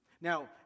Now